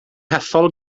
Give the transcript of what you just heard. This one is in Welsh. hethol